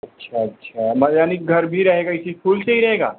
अच्छा अच्छा यानी घर भी रहेगा इसी फूल से ही रहेगा